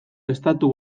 estatu